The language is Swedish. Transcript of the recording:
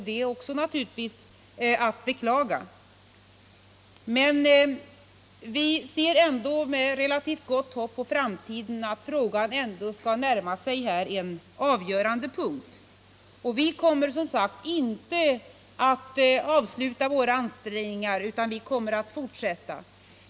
Det är naturligtvis att beklaga, men vi ser ändå med relativt gott hopp på framtiden och tror att frågan närmar sig en avgörande punkt. Vi kommer, som sagt, inte att avsluta våra ansträngningar utan vi kommer att fortsätta.